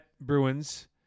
Bruins